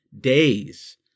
days